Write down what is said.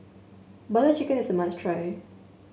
Butter Chicken is a must try